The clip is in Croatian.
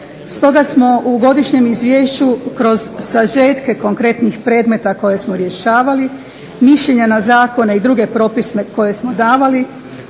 Stoga smo u godišnjem izvješću kroz sažetke konkretnih predmeta koje smo rješavali, mišljenja na zakone i druge propise koje smo davali,